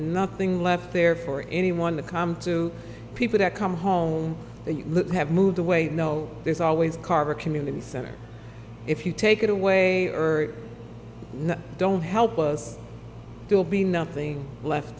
nothing left there for anyone to come to people that come home they have moved away no there's always carver community center if you take it away or don't help was there will be nothing left